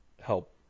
help